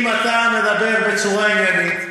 אם אתה מדבר בצורה עניינית,